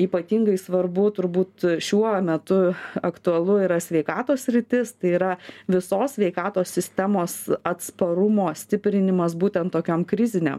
ypatingai svarbu turbūt šiuo metu aktualu yra sveikatos sritis tai yra visos sveikatos sistemos atsparumo stiprinimas būtent tokiom krizinė